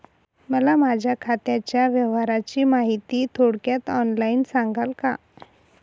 मला माझ्या खात्याच्या व्यवहाराची माहिती थोडक्यात ऑनलाईन सांगाल का?